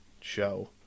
show